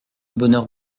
bonheur